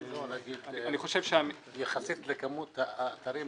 בוא נגיד שיחסית לכמות האתרים